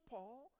Paul